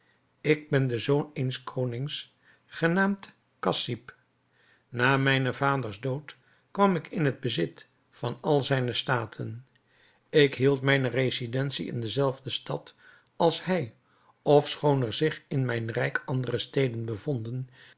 ik ben de zoon eens konings genaamd cassib na mijns vaders dood kwam ik in het bezit van al zijne staten ik hield mijne residentie in dezelfde stad als hij ofschoon er zich in mijn rijk andere steden bevonden